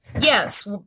Yes